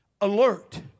alert